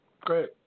Great